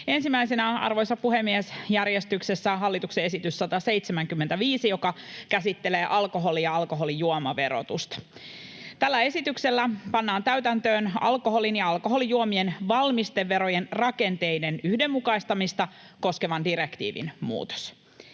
Ensimmäisenä, arvoisa puhemies, järjestyksessä hallituksen esitys 175, joka käsittelee alkoholi‑ ja alkoholijuomaverotusta. Tällä esityksellä pannaan täytäntöön alkoholin ja alkoholijuomien valmisteverojen rakenteiden yhdenmukaistamista koskevan direktiivin muutos.